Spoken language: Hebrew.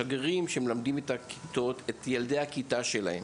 שגרירים שמלמדים את ילדי הכיתה שלהם.